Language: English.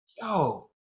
yo